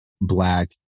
black